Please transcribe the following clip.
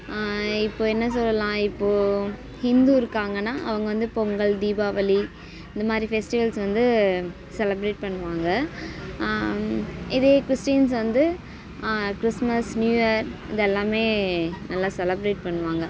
இப்போது என்ன சொல்லலாம் இப்போ ஹிந்து இருக்காங்கன்னா அவங்க வந்து பொங்கல் தீபாவளி இந்த மாதிரி ஃபெஸ்டிவல்ஸ் வந்து செலப்ரேட் பண்ணுவாங்க இதே கிறிஸ்டின்ஸ் வந்து கிறிஸ்மஸ் நியூ இயர் இது எல்லாமே நல்லா செலப்ரேட் பண்ணுவாங்க